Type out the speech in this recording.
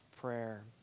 prayer